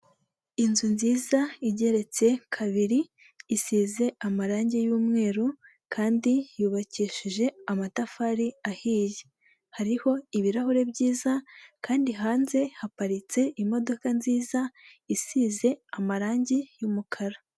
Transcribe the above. Inzu nziza igeretse kabiri isize amarange y'umweru, kandi yubakishije amatafari ahiye. Hariho ibirahure byiza kandi hanze haparitse imodoka nziza isize amarange y'umukara.